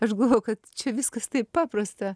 aš galvojau kad čia viskas taip paprasta